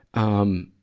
um,